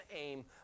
aim